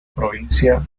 provincia